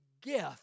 gift